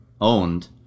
owned